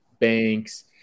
banks